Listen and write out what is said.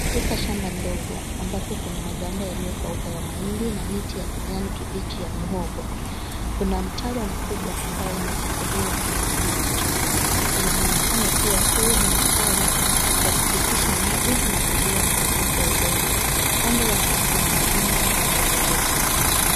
Katika shamba ndogo, ambapo kuna maganda yaliyokauka ya mahindi na miti ya kijani kibichi ya muhogo. Kuna mtaro kubwa ambao umefukuliwa na una maji chafu. Ina mwonekano kuwa huu ni mtaro wa kupitisha maji na kuzuia mmomonyoko wa udongo. Kando yake kuna majumba mengi ya ghorofa.